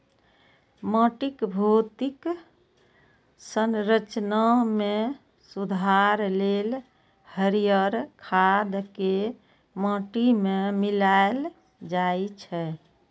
माटिक भौतिक संरचना मे सुधार लेल हरियर खाद कें माटि मे मिलाएल जाइ छै